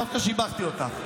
דווקא שיבחתי אותך.